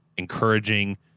encouraging